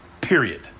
period